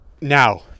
now